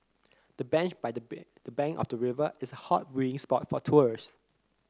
the bench by the bank the bank of the river is a hot viewing spot for tourist